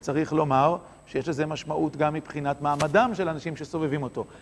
צריך לומר שיש לזה משמעות גם מבחינת מעמדם של אנשים שסובבים אותו.